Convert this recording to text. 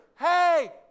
hey